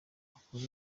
akora